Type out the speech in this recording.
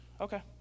Okay